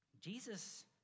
Jesus